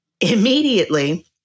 immediately